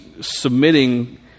submitting